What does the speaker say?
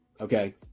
Okay